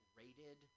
rated